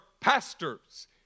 pastors